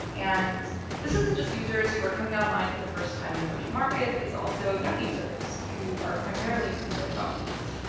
and this isn't just users who are coming online for the first time in emerging markets, it's also young users who are primarily using their phones.